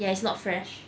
ya it's not fresh